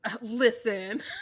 listen